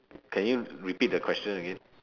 can you repeat the question again